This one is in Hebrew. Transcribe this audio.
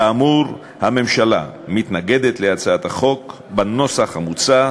כאמור, הממשלה מתנגדת להצעת החוק בנוסח המוצע,